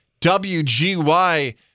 WGY